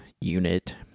unit